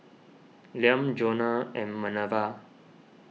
Liam Jonna and Manerva